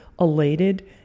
elated